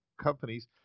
companies